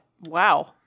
Wow